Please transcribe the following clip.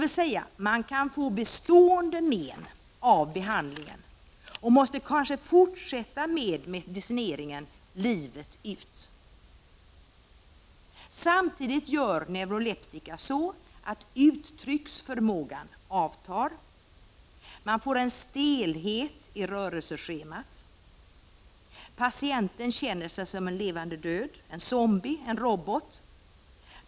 Man kan således få bestående men av behandlingen och måste kanske fortsätta med medicineringen livet ut. Samtidigt leder behandling med neuroleptika till att uttrycksförmågan avtar och man får en stelhet i rörelseschemat. Patienten känner sig som en levande död — en zombie, en robot.